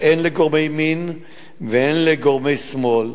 הן לגורמי ימין והן לגורמי שמאל.